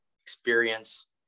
experience